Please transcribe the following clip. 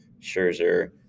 Scherzer